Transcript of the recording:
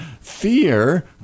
fear